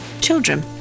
children